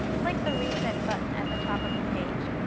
click the reset button at the top of the page.